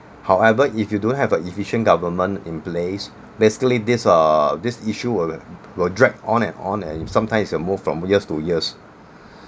however if you don't have a efficient government in place basically this uh this issue will will drag on and on and sometimes it's moved from years to years